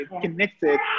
connected